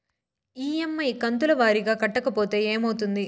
EMI కంతుల వారీగా కట్టకపోతే ఏమవుతుంది?